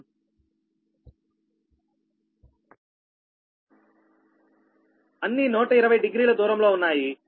అన్నీ 120 డిగ్రీల దూరంలో ఉన్నాయి